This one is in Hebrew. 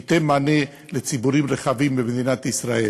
שייתן מענה לציבורים רחבים במדינת ישראל.